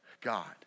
God